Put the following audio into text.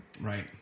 Right